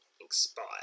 expire